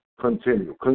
continue